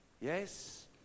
Yes